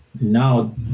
now